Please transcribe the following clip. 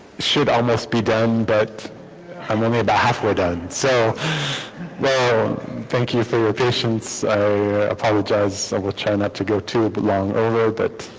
should almost be done but i'm only about halfway done so well thank you for your patience apologize so we'll try not to go too but long over but